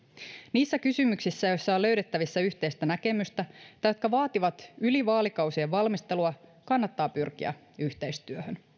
niissä kysymyksissä joissa on löydettävissä yhteistä näkemystä tai jotka vaativat yli vaalikausien valmistelua kannattaa pyrkiä yhteistyöhön